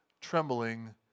trembling